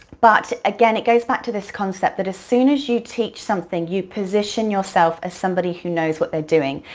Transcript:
but again it goes back to this concept that as soon as you teach something, you position yourself as somebody who knows what they're doing.